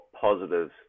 positives